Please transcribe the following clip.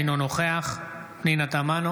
אינו נוכח פנינה תמנו,